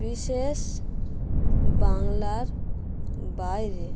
বিশেষ বাংলার বাইরে